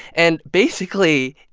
and, basically,